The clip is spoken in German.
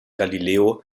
galileo